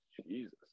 Jesus